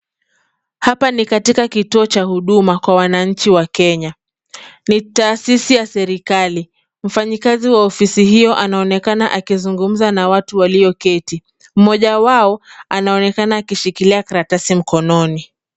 Hapa ni katika kituo cha huduma kwa wananchi wa Kenya. Ni taasisi ya serikali, mfanyikazi wa ofisi hiyo anaonekana akizungumza na watu walioketi. Mmoja wao anaonekana akishikilia karatasi mkononi.